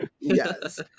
Yes